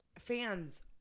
fans